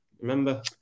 Remember